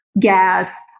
gas